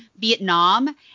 Vietnam